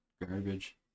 garbage